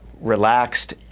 relaxed